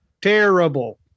terrible